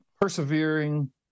persevering